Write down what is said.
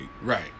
Right